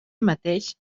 mateix